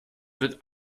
wird